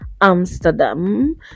amsterdam